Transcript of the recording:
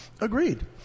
Agreed